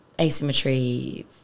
asymmetry